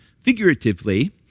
figuratively